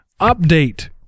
update